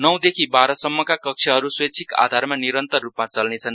नौ देखि बार सम्मका कक्षहरू स्वेच्छिक आधारमा निरन्तररूपमा चल्नेछन्